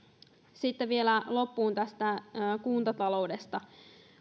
sitten vielä loppuun kuntataloudesta